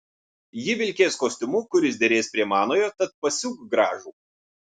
ji vilkės kostiumu kuris derės prie manojo tad pasiūk gražų